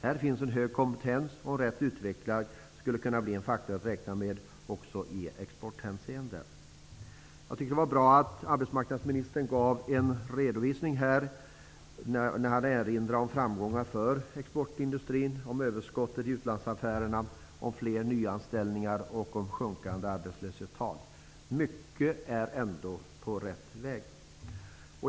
Där finns en hög kompetens och rätt utvecklad skulle den kunna bli en faktor att räkna med också i exporthänseende. Jag tycker att det var bra att arbetsmarknadsministern gav en redovisning och erinrade om framgångar för exportindustrin, om överskottet i utlandsaffärerna, om fler nyanställningar och om sjunkande arbetslöshetstal. Mycket är ändå på rätt väg.